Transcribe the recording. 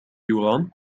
يرام